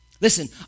Listen